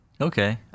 Okay